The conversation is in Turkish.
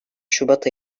şubat